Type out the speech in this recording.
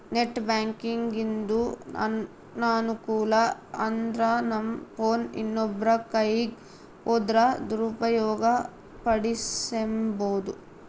net ಬ್ಯಾಂಕಿಂಗಿಂದು ಅನಾನುಕೂಲ ಅಂದ್ರನಮ್ ಫೋನ್ ಇನ್ನೊಬ್ರ ಕೈಯಿಗ್ ಹೋದ್ರ ದುರುಪಯೋಗ ಪಡಿಸೆಂಬೋದು